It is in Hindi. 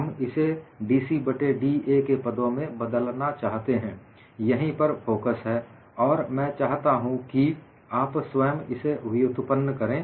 हम इसे dC बट्टे da के पदों में बदलना चाहते हैं यहीं पर फोकस है और मैं चाहता हूं कि आप यह स्वयं व्युत्पन्न करें